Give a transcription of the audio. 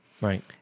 Right